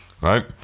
Right